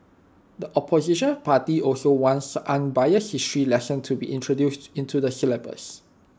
the opposition party also wants unbiased history lesson to be introduced into the syllabus